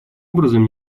образом